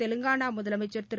தெலங்கானா முதலமைச்சர் திரு